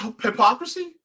Hypocrisy